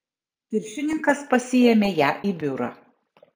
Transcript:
viršininkas pasiėmė ją į biurą